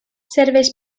serveix